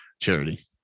charity